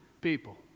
people